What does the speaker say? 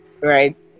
right